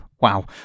Wow